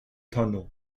tunnel